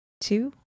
two